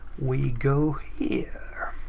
we go here.